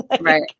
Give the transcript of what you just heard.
right